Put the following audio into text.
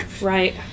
Right